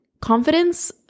confidence-